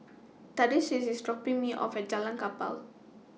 Thaddeus IS dropping Me off At Jalan Kapal